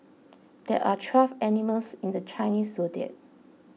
there are twelve animals in the Chinese zodiac